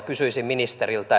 kysyisin ministeriltä